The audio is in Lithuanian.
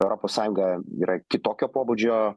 europos sąjunga yra kitokio pobūdžio